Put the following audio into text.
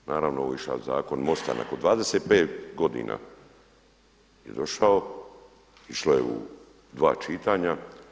Naravno ovo je išao zakon MOST-a nakon 25 godina je došao, išlo je u dva čitanja.